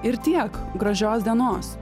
ir tiek gražios dienos